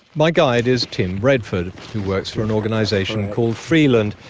my guide is tim redford, who works for an organisation called freeland,